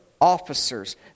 Officers